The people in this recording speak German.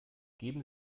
geben